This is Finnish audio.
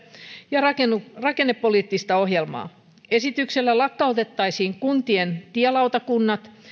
ja rakennepoliittista ohjelmaa esityksellä lakkautettaisiin kuntien tielautakunnat